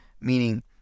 meaning